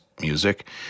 music